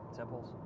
temples